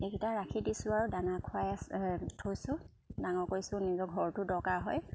এইকেইটা ৰাখি দিছোঁ আৰু দানা খুৱাই আ থৈছোঁ ডাঙৰ কৰিছোঁ নিজৰ ঘৰটো দৰকাৰ হয়